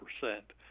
percent